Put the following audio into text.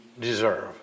deserve